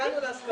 הגענו להסכמה.